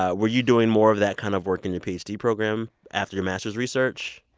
ah were you doing more of that kind of work in your ph d. program after your master's research?